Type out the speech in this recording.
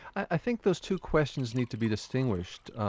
i think those two questions need to be distinguished.